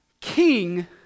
King